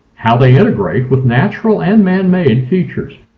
how they integrate with natural and man-made features.